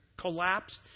collapsed